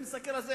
אני מסתכל על זה